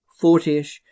fortyish